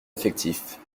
effectifs